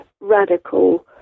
radical